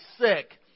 sick